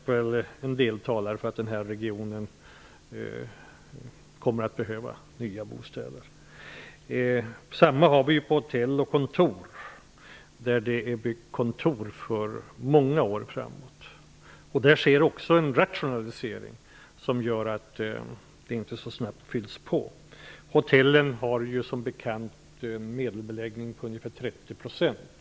Men mycket talar för att den här regionen kommer att behöva nya bostäder. Samma sak gäller för hotell och kontor. Man har byggt kontor för många år framöver. Där sker också en rationalisering som gör att de inte fylls på så snabbt. Hotellen har som bekant en medelbeläggning på ungefär 30 %.